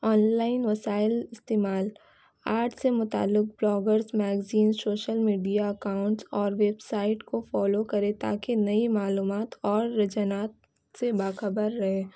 online وسائل استعمال art سے متعلق براگرس میگزین شوشل میڈیا اکاؤنٹس اور ویبسائٹ کو فالو کرے تاکہ نئی معلومات اور رجحانات سے باخبر رہے